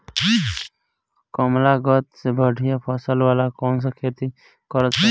कमलागत मे बढ़िया फसल वाला कौन सा खेती करल सही रही?